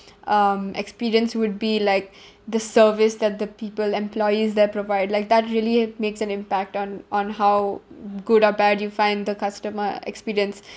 um experience would be like the service there the people employees they provide like that really makes an impact on on how good or bad you find the customer experience